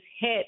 hit